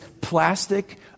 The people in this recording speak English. plastic